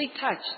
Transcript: touched